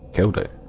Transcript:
kildare